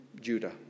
Judah